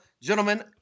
Gentlemen